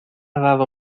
dado